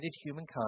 humankind